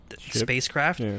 spacecraft